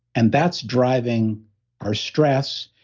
and that's driving our stress.